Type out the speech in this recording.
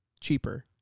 cheaper